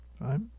right